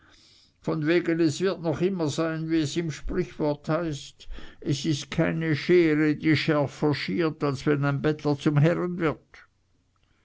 von wegen es wird noch immer sein wie es im sprichwort heißt es ist keine schere die schärfer schiert als wenn ein bettler zum herren wird